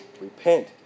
repent